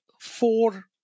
four